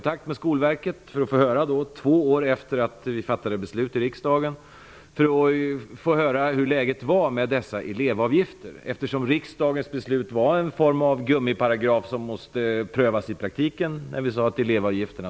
Två år efter det att vi fattade beslut i riksdagen tog jag kontakt med Skolverket för att få höra hur läget var med elevavgifterna. Riksdagens beslut var en form av gummiparagraf som måste prövas i praktiken i fråga om skäliga elevavgifter.